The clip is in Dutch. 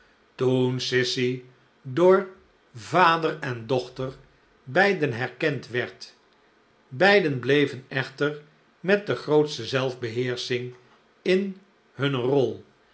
toen sissy door vader en dochter beiden herkend werd beiden bleven echter met de grootste zelfbeheersching in hunne rol